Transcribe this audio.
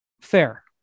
Fair